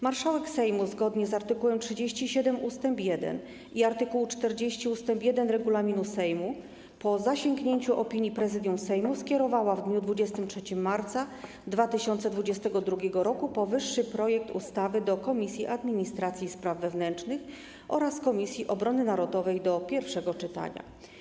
Marszałek Sejmu, zgodnie z art. 37 ust. 1 i art. 40 ust. 1 regulaminu Sejmu, po zasięgnięciu opinii Prezydium Sejmu, skierowała w dniu 23 marca 2022 r. powyższy projekt ustawy do Komisji Administracji i Spraw Wewnętrznych oraz Komisji Obrony Narodowej do pierwszego czytania.